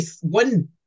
one